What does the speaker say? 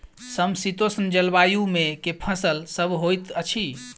समशीतोष्ण जलवायु मे केँ फसल सब होइत अछि?